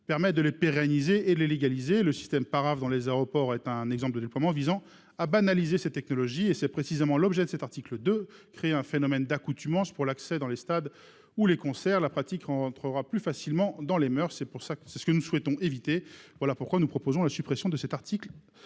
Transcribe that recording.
rapide des frontières extérieures (Parafe) dans les aéroports est un exemple de déploiement visant à banaliser ces technologies. C'est précisément l'objet de cet article 2, à savoir créer un phénomène d'accoutumance pour l'accès dans les stades ou les concerts. La pratique entrera ainsi plus facilement dans les moeurs. C'est ce que nous souhaitons éviter. Voilà pourquoi nous proposons la suppression de cet article